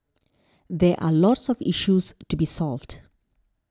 there are lots of issues to be solved